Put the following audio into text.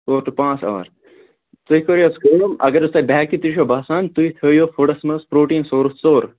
ژور ٹُو پانٛژھ اَوَرتُہۍ کٔریو حظ کٲم اَگر حظ تۄہہِ بےٚ ہٮ۪کتی چھَو باسان تُہۍ تھٲیُۄ فُڈَس منٛز پروٹیٖن سورٕس ژوٚر